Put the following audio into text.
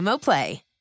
play